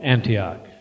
Antioch